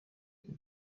ubwo